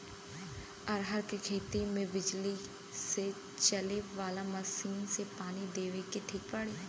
रहर के खेती मे बिजली से चले वाला मसीन से पानी देवे मे ठीक पड़ी?